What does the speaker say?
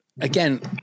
again